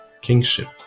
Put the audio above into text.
kingship